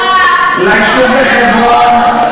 ליישוב בחברון,